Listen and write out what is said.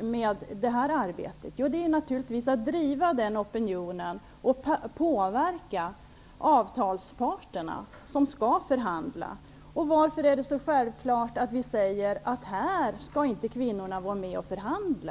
med det arbetet? Jo, det gäller naturligtvis att driva den opinionen och påverka de avtalsparter som skall förhandla. Varför är det så självklart att säga att kvinnorna inte skall vara med och förhandla?